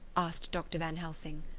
asked dr. van helsing.